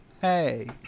Hey